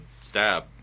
stab